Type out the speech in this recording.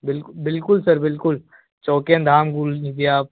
बिल्कुल बिल्कुल सर बिल्कुल चौकियन धाम घूम लिजिए आप